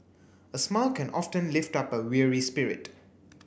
a smile can often lift up a weary spirit